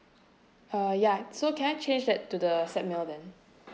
ah ya so can I change that to the set meal then